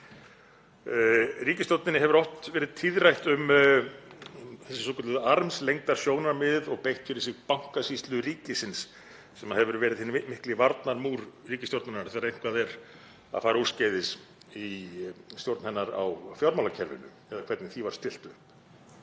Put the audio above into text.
Ríkisstjórninni hefur verið tíðrætt um þessi svokölluðu armslengdarsjónarmiðið og beitt fyrir sig Bankasýslu ríkisins sem hefur verið hinn mikli varnarmúr ríkisstjórnarinnar þegar eitthvað er að fara úrskeiðis í stjórn hennar á fjármálakerfinu eða hvernig því er stillt